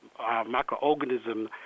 microorganism